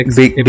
big